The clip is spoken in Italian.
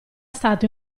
stato